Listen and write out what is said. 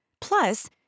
Plus